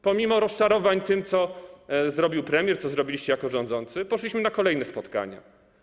Pomimo rozczarowania tym, co zrobił premier, co zrobiliście jako rządzący, poszliśmy na kolejne spotkanie.